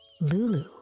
Lulu